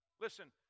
Listen